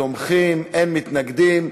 12 תומכים, אין מתנגדים.